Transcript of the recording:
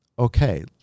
okay